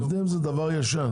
זה דבר ישן.